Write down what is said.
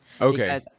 Okay